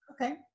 Okay